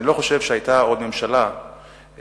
אני לא חושב שהיתה עוד ממשלה שנהגה